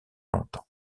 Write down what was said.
longtemps